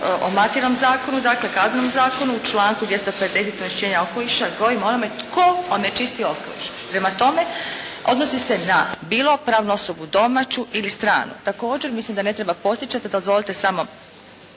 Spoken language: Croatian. o materijalnom zakonu, dakle kaznenom zakonu u članku 250. onečišćenja okoliša govori o onome tko onečisti okoliš. Prema tome da bilo pravnu osobu domaću ili stranu. Također mislim da ne treba podsjećati, dozvolite samo